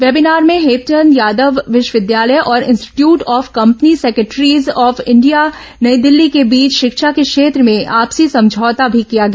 webinar में हेमचंद यादव विश्वविद्यालय और institute of company secretaries of India नई दिल्ली के बीच शिक्षा के क्षेत्र में आपसी समझौता भी किया गया